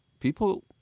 People